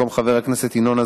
במקום חבר הכנסת